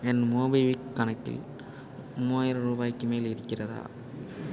என் MobiKwik கணக்கில் மூவாயிரம் ருபாய்க்கு மேல் இருக்கிறதா